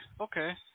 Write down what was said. okay